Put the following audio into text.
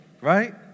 right